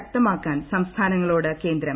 ശക്തമാക്കാൻ സംസ്ഥാനങ്ങളോട് കേന്ദ്രം